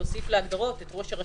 להוסיף להגדרות את ראש הרשות?